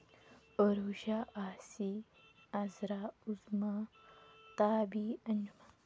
اوٚروٗشاہ آسی اَزرا اُزما تابی